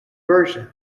version